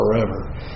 forever